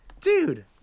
Dude